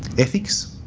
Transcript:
ethics.